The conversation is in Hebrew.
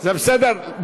זה בסדר.